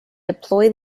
deploy